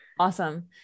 Awesome